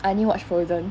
I only watch frozen